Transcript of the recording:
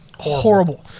horrible